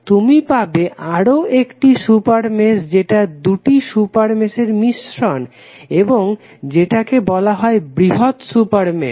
তুমি পাবে আরও একটি সুপার মেশ যেটা দুটি সুপার মেশের মিশ্রন এবং যেটা কে বলা হয় বৃহৎ সুপার মেশ